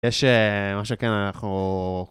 יש אה מה שכן אנחנו